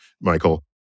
michael